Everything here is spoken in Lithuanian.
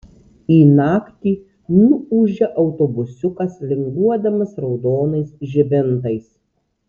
į naktį nuūžia autobusiukas linguodamas raudonais žibintais